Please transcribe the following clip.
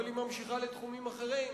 אבל היא ממשיכה לתחומים אחרים.